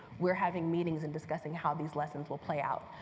we are having meetings and discussing how these lessons will play out.